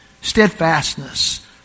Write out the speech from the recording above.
Steadfastness